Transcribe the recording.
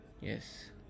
Yes